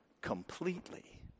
completely